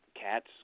cats